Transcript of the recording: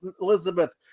Elizabeth